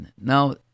Now